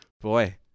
Boy